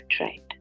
right